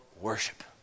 worship